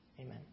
Amen